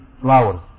flowers